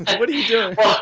what are you